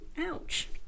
ouch